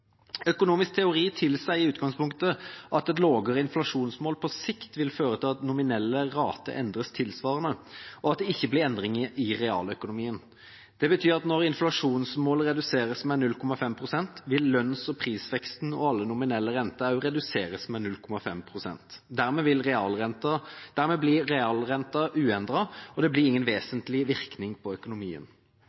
Økonomisk teori tilsier i utgangspunktet at et lavere inflasjonsmål på sikt vil føre til at nominelle rater endres tilsvarende, og at det ikke blir endringer i realøkonomien. Det betyr at når inflasjonsmålet reduseres med 0,5 pst., vil lønns- og prisveksten og alle nominelle renter også reduseres med 0,5 pst. Dermed blir realrenta uendret, og det blir ingen vesentlig virkning på økonomien.